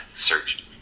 Search